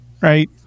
Right